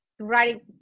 writing